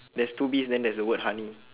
there's two bees then there's the word honey